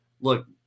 look